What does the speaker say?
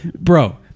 bro